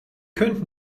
könnt